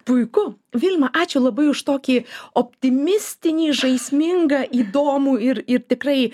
puiku vilma ačiū labai už tokį optimistinį žaismingą įdomų ir ir tikrai